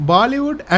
Bollywood